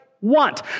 want